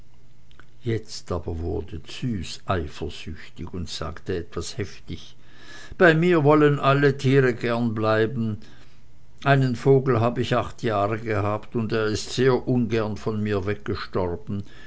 jetzt wurde aber züs eifersüchtig und sagte etwas heftig bei mir wollen alle tiere gern bleiben einen vogel hab ich acht jahre gehabt und er ist sehr ungern von mir weggestorben